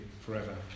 forever